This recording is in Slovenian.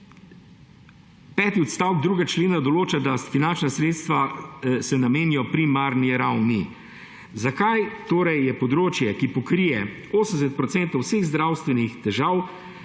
peti odstavek 2. člena določa, da se finančna sredstva namenijo primarni ravni. Zakaj torej je področje, ki pokrije 80 % vseh zdravstvenih težav,